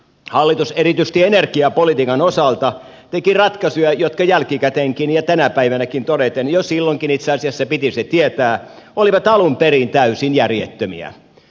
hallitus erityisesti energiapolitiikan osalta teki ratkaisuja jotka jälkikäteenkin ja tänä päivänäkin todeten jo silloinkin itse asiassa piti se tietää olivat alun perin täysin järjettömiä